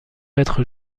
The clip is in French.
être